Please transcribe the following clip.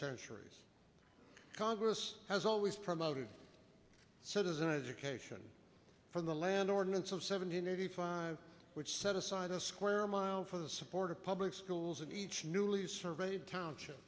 centuries congress has always promoted citizen education from the land ordinance of seven hundred eighty five which set aside a square mile for the support of public schools in each newly surveyed township